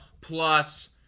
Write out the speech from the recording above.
plus